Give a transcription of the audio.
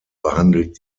behandelt